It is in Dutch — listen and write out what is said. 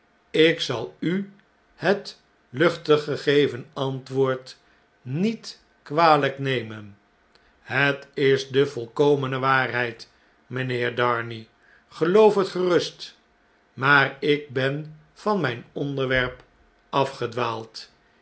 ik zal u het luchtig gegeven antwoord niet kwalijk nemen het is de volkomene waarheid mynheer darnay geloof het gerust maar ik ben van mijn onderwerp